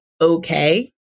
okay